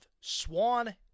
Swan